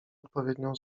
odpowiednią